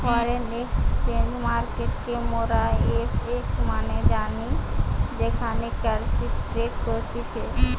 foreign exchange মার্কেটকে মোরা FX নামেও জানি যেখানে কারেন্সি ট্রেড করতিছে